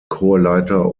chorleiter